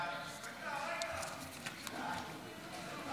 ההצעה להעביר את הצעת חוק הגבלת